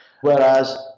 whereas